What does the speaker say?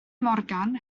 morgan